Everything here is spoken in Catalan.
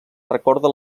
recorda